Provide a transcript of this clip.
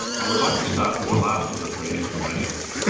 i would like to start with the last of the three explanations,